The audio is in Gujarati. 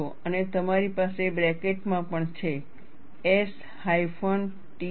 અને તમારી પાસે બ્રેકેટમાં પણ છે S હાઇફન T છે